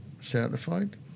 certified